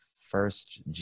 first